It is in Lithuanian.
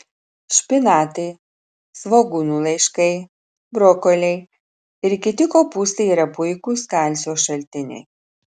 špinatai svogūnų laiškai brokoliai ir kiti kopūstai yra puikūs kalcio šaltiniai